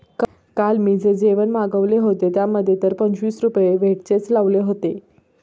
काल मी जे जेवण मागविले होते, त्यामध्ये तर पंचवीस रुपये व्हॅटचेच लावले होते